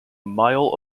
mile